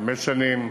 חמש שנים,